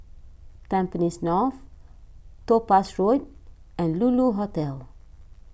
Tampines North Topaz Road and Lulu Hotel